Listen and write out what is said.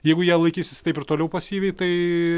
jeigu jie laikysis taip ir toliau pasyviai tai